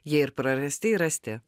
jie ir prarasti ir rasti